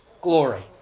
glory